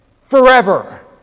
Forever